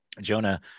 Jonah